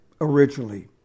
originally